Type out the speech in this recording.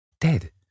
Dead